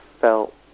felt